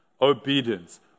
obedience